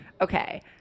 Okay